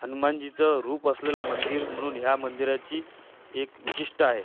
हनुमानजीचं रूप असलेलं मंदिर म्हणून ह्या मंदिराची एक विशिष्ट आहे